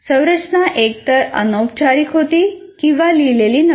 संरचना एकतर अनौपचारिक होती किंवा लिहिलेली नव्हती